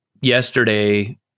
yesterday